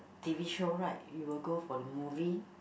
T_V show right you will go for the movie